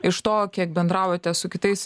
iš to kiek bendraujate su kitais